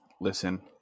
Listen